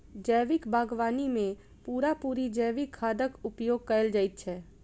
जैविक बागवानी मे पूरा पूरी जैविक खादक उपयोग कएल जाइत छै